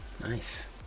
nice